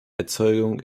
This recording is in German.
erzeugung